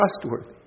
trustworthy